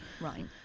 Right